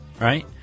right